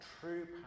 true